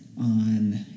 on